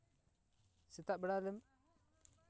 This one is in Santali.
ᱥᱮᱛᱟᱜ ᱵᱮᱲᱟ ᱨᱮ